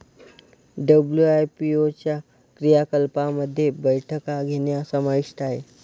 WIPO च्या क्रियाकलापांमध्ये बैठका घेणे समाविष्ट आहे